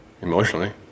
emotionally